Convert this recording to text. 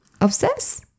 obsess